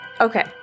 Okay